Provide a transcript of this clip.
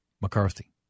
McCarthy